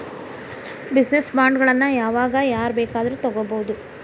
Business ಬಾಂಡ್ಗಳನ್ನ ಯಾವಾಗ್ ಯಾರ್ ಬೇಕಾದ್ರು ತಗೊಬೊದು?